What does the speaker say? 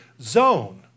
zone